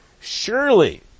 surely